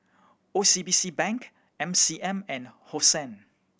O C B C Bank M C M and Hosen